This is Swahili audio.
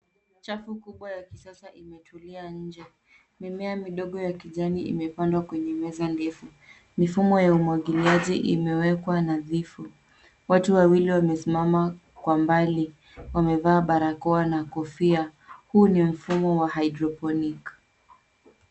Chafu kubwa ya kisasa imetulia nje. Mimea midogo ya kijani imepandwa kwenye meza ndefu. Mifumo ya umwagiiaji imewekwa nadhifu. Watu wawili wamesimama kwa mbali, wamevaa barakoa na kofia. Huu ni mfumo wa hydrophonic .